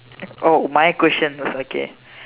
oh my questions okay